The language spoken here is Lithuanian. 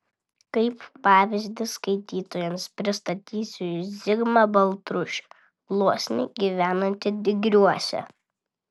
kaip pavyzdį skaitytojams pristatysiu zigmą baltrušį gluosnį gyvenantį digriuose